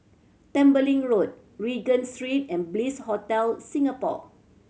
Tembeling Road Regent Street and Bliss Hotel Singapore